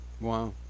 Wow